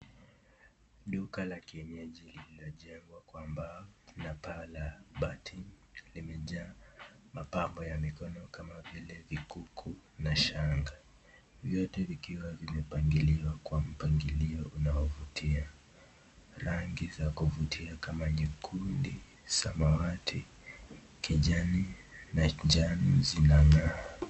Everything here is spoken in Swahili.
Duka la kienyeji lilojengwa kwa mbao na paa la bati limejaa mapambo ya mikono kama vile vikuku na shanga, vyote vikiwa vimepangiliwa kwa mpangilio unaovutia rangi za kuvutia kama nyekundu ,samawati ,kijani na njano zinang'aa.